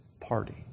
party